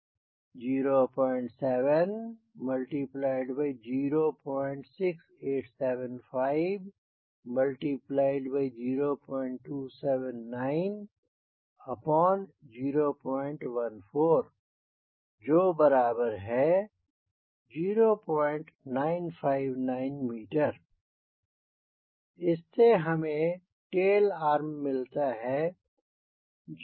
जो बराबर है lt07SwcSt070687502790140959m इससे हमें यह टेल आर्म मिलता है 0959